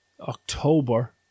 October